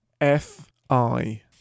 F-I